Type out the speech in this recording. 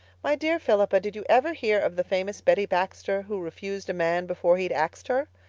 my dear philippa, did you ever hear of the famous betty baxter, who refused a man before he'd axed her?